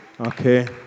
Okay